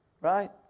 right